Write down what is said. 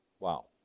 Wow